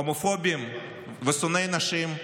הומופובים ושונאי נשים,